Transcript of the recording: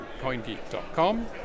coingeek.com